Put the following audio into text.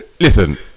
Listen